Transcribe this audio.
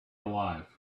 alive